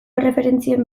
erreferentzien